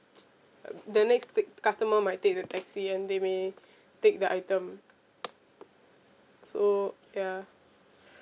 uh the next take customer might take the taxi and they may take the item so ya